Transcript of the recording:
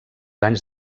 anys